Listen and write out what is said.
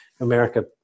America